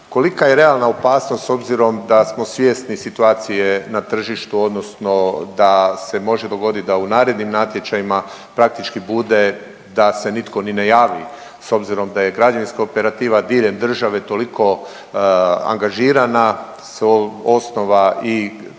Kolika je realna opasnost s obzirom da smo svjesni situacije na tržištu odnosno da se može dogoditi da u narednim natječajima praktički bude da se nitko ni ne javi s obzirom da je građevinska operativa diljem države toliko angažirana s osnova i ostalih